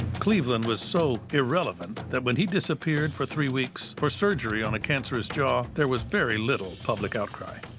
cleveland was so irrelevant that when he disappeared for three weeks for surgery on a cancerous jaw, there was very little public outcry.